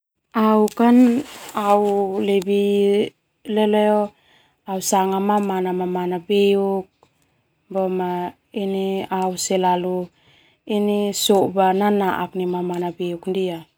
Au lebih sanga mamana beuk boma au selalu soba nanaak nai mamana beuk.